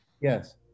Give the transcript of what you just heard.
Yes